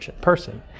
person